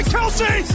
Kelsey